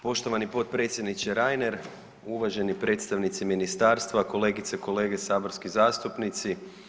Poštovani potpredsjedniče Reiner, uvaženi predstavnici ministarstva, kolegice i kolege saborski zastupnici.